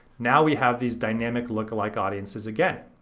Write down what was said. now we have these dynamic lookalike audiences again.